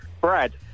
Brad